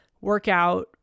workout